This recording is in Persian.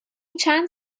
چند